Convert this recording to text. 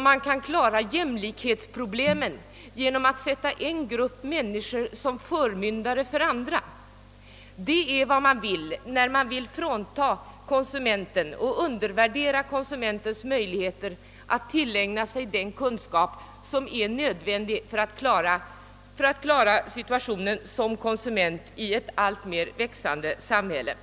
man kan klara jämlikhetsproblemen genom att sätta en grupp människor som förmyndare för andra. Det är vad man gör, när man vill undervärdera konsumentens möjligheter att tillägna sig den kunskap som är nödvändig för att klara situationen som konsument i ett alltmer växande samhälle.